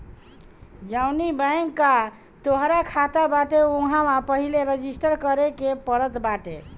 जवनी बैंक कअ तोहार खाता बाटे उहवा पहिले रजिस्टर करे के पड़त बाटे